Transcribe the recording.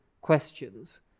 questions